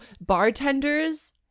Bartenders